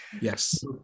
Yes